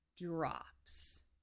drops